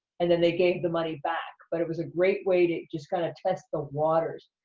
and then they gave the money back. but it was a great way to just kind of test the waters.